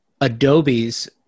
adobes